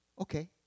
Okay